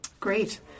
Great